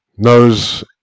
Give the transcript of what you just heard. Knows